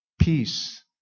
peace